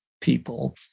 people